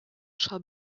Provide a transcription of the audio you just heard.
аша